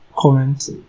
Comment